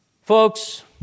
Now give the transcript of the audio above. Folks